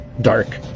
dark